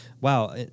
wow